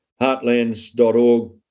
heartlands.org